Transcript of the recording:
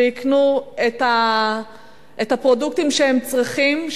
ויקנו את הפרודוקטים שהם צריכים,